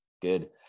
good